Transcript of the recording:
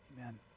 Amen